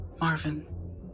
Marvin